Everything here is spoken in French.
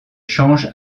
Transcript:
change